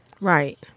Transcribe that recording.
Right